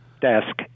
desk